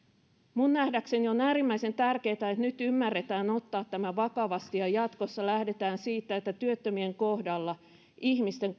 minun nähdäkseni on äärimmäisen tärkeätä että nyt ymmärretään ottaa tämä vakavasti ja jatkossa lähdetään siitä että työttömien kohdalla ihmisten